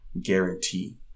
guarantee